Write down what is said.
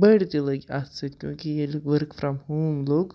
بٔڑۍ تہِ لٔگۍ اَتھ سۭتۍ کیونکہِ ییٚلہِ ؤرٕک فرٛام ہوم لوٚگ